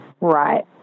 right